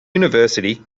university